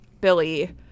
Billy